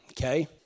okay